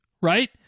right